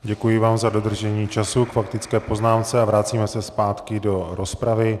Děkuji vám za dodržení času k faktické poznámce a vracíme se zpátky do rozpravy.